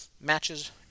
matches